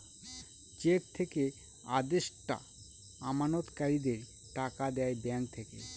check থেকে আদেষ্টা আমানতকারীদের টাকা দেয় ব্যাঙ্ক থেকে